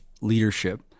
leadership